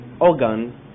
organ